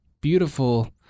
beautiful